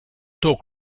talk